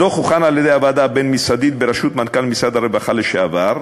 הדוח הוכן על-ידי הוועדה הבין-משרדית בראשות מנכ"ל משרד הרווחה לשעבר,